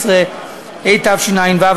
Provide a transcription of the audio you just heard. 18 והוראת שעה),